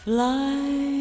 Fly